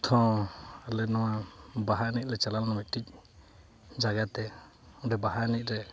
ᱱᱤᱛ ᱦᱚᱸ ᱟᱞᱮ ᱱᱚᱣᱟ ᱵᱟᱦᱟ ᱮᱱᱮᱡ ᱞᱮ ᱪᱟᱞᱟᱣ ᱞᱮᱱᱟ ᱢᱤᱫᱴᱤᱡ ᱡᱟᱭᱜᱟ ᱛᱮ ᱚᱸᱰᱮ ᱵᱟᱦᱟ ᱮᱱᱮᱡ ᱨᱮ